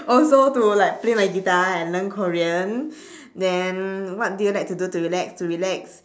also to like play my guitar and learn korean then what do you like to do to relax to relax